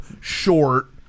short